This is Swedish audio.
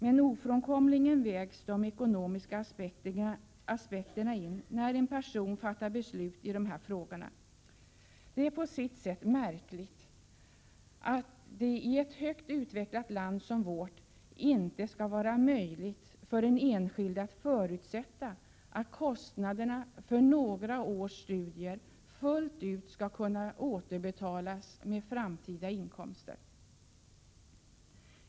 Men ofrånkomligen vägs de ekonomiska aspekterna in när en person fattar beslut i dessa frågor. Det är på sitt sätt märkligt att det i ett högt utvecklat land som vårt inte skall vara möjligt för den enskilde att förutsätta att kostnaderna för några års studier fullt ut skall kunna återbetalas med framtida inkomster.